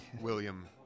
William